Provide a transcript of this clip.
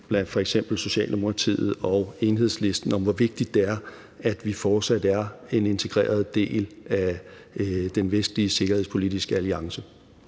mellem f.eks. Socialdemokratiet og Enhedslisten, om, hvor vigtigt det er, at vi fortsat er en integreret del af den vestlige sikkerhedspolitiske alliance.